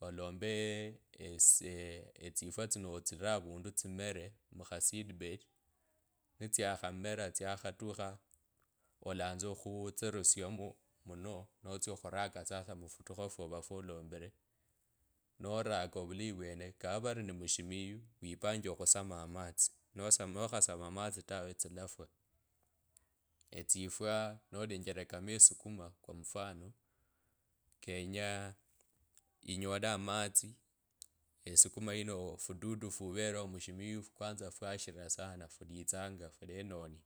olombe ee etsifwa tsino otsira avundu tsimele kuha seedbed ni tsakhamera tsakhatukha alanza okhutsiruswamo muno notsyakhuraka mufukho fwova fwolombire noraka mulayi vwene kava vari ni mushimiya wipande okhusoma amatsa nokhasoma amatsi tawe tsilafwa etsifwa nolengele kama esukuma kwa mfano kenye unyole amatsi esukuma yino ofududu fuvaleo mushimiya kwanza fwashira sana fulitsanga flenonia